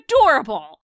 adorable